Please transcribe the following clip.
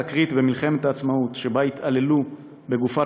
תקרית במלחמת העצמאות שבה התעללו בגופת